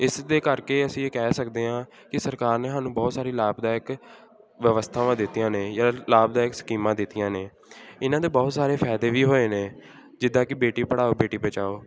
ਇਸ ਦੇ ਕਰਕੇ ਅਸੀਂ ਇਹ ਕਹਿ ਸਕਦੇ ਹਾਂ ਕਿ ਸਰਕਾਰ ਨੇ ਸਾਨੂੰ ਬਹੁਤ ਸਾਰੀ ਲਾਭਦਾਇਕ ਵਿਵਸਥਾਵਾਂ ਦਿੱਤੀਆਂ ਨੇ ਜਾਂ ਲਾਭਦਾਇਕ ਸਕੀਮਾਂ ਦਿੱਤੀਆਂ ਨੇ ਇਹਨਾਂ ਦੇ ਬਹੁਤ ਸਾਰੇ ਫਾਇਦੇ ਵੀ ਹੋਏ ਨੇ ਜਿੱਦਾਂ ਕਿ ਬੇਟੀ ਪੜਾਓ ਬੇਟੀ ਬਚਾਓ